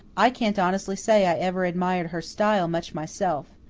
i can't honestly say i ever admired her style much myself.